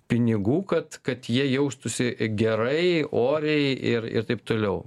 pinigų kad kad jie jaustųsi gerai oriai ir ir taip toliau